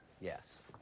yes